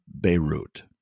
Beirut